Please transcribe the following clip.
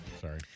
Sorry